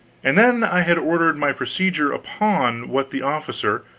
and then, i had ordered my procedure upon what the officer,